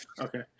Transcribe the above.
Okay